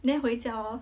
then 回家哦